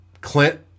Clint